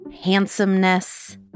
handsomeness